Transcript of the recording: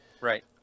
Right